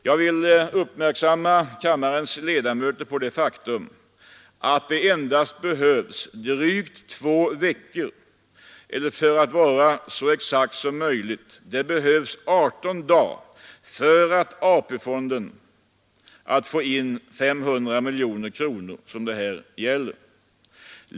Jag vill uppmärksamma kammarens ledamöter på det faktum att det endast tar drygt två veckor eller, för att vara så exakt som möjligt: det behövs 18 dagar för AP-fonden att få in de 500 miljoner kronor det här gäller.